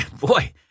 boy